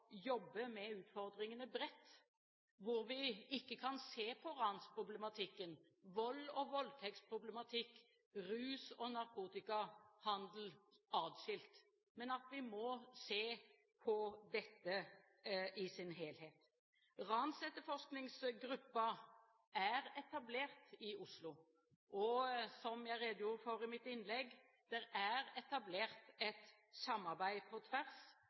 jobbe bredt med utfordringene, at vi ikke kan se på ransproblematikk, voldsproblematikk, voldtektsproblematikk, rusproblematikk og narkotikahandel atskilt, men at vi må se på dette i sin helhet. Ransetterforskningsgruppen ble etablert i Oslo, som jeg redegjorde for i mitt innlegg. Det ble etablert et samarbeid på tvers,